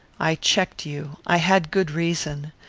i checked you. i had good reason.